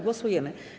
Głosujemy.